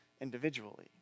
individually